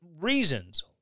reasons